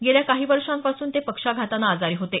गेल्या काही वर्षांपासून ते पक्षाघातानं आजारी होते